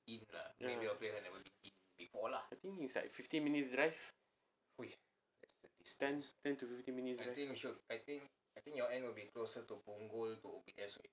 ah I think it's like fifteen minutes drive it's ten to fifteen minutes